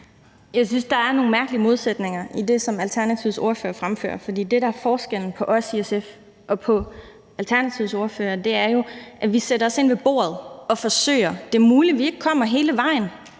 Jeg synes, der er nogle mærkelige modsætninger i det, som Alternativets ordfører fremfører. Det, der er forskellen på os i SF og på Alternativets ordfører, er jo, at vi sætter os ind ved bordet og forsøger. Det er muligt, at vi ikke kommer hele vejen;